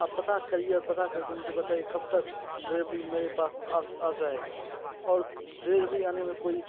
आप पता करिए और पता करके मुझे बताइए कब तक डिलेवरी मेरे पास आ जाएगा और डिलेवरी आने में कोई